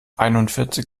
einundvierzig